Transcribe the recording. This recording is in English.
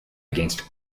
against